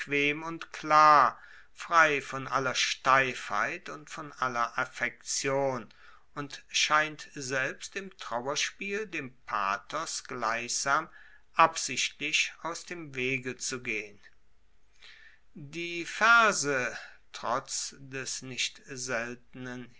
und klar frei von aller steifheit und von aller affektion und scheint selbst im trauerspiel dem pathos gleichsam absichtlich aus dem wege zu gehen die verse trotz des nicht seltenen